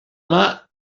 mar